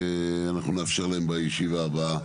אנחנו נאפשר להם בישיבה הבאה,